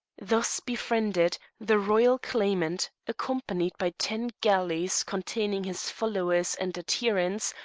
thus befriended, the royal claimant, accompanied by ten galleys containing his followers and adherents,